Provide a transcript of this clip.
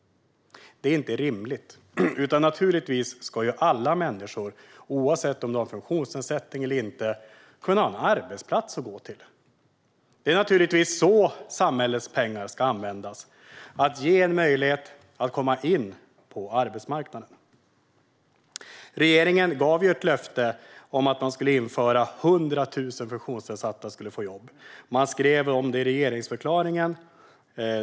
Det är inte rimligt. Alla människor, oavsett om man har en funktionsnedsättning eller inte, ska kunna ha en arbetsplats att gå till. Det är på det sättet samhällets pengar ska användas. De ska ge en möjlighet att komma in på arbetsmarknaden. Regeringen gav ett löfte om att 100 000 funktionsnedsatta skulle få jobb. Man skrev om det i regeringsförklaringen.